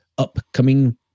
Upcoming